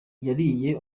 yariye